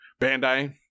bandai